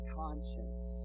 conscience